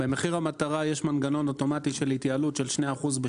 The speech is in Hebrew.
במחיר המטרה יש מנגנון אוטומטי של 2% התייעלות בשנה,